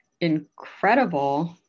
incredible